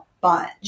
bunch